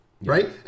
Right